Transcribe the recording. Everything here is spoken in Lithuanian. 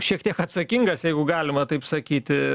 šiek tiek atsakingas jeigu galima taip sakyti